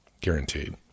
guaranteed